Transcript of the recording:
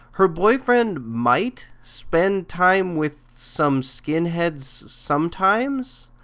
her boyfriend might spend time with some skinheads sometimes?